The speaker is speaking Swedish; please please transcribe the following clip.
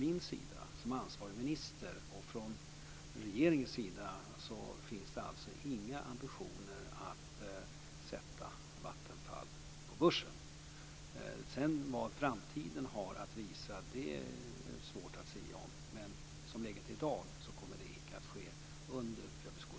Jag som ansvarig minister och regeringen har inga ambitioner att börsintroducera Vattenfall. Vad framtiden sedan har att visa är svårt att sia om. Men som läget är i dag kommer det inte att ske under överskådlig tid.